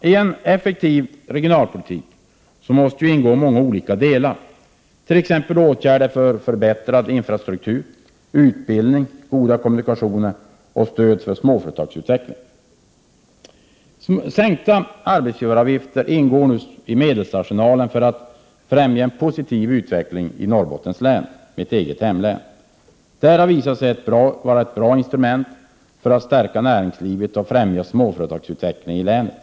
I en effektiv regionalpolitik måste ingå många olika delar, t.ex. åtgärder för bättre infrastruktur, utbildning, goda kommunikationer och stöd för småföretagsutveckling. Sänkta arbetsgivaravgifter ingår nu i medelsarsenalen för att främja en positiv utveckling i Norrbottens län, mitt eget hemlän. Det har visat sig vara ett bra instrument för att stärka näringslivet och främja småföretagsutvecklingen i länet.